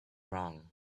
wrong